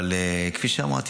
כפי שאמרת,